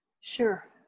sure